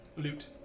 loot